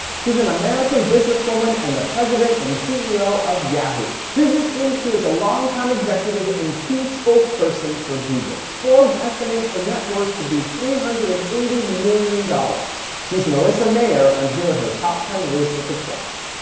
she's an american businesswoman and the president and ceo of yahoo. previously she was a longtime executive and key spokesperson for google. forbes estimates her net worth to be three hundred and eighty million dollars. she's marisa mayer and here are her top ten rules for success.